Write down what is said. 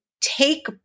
take